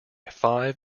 five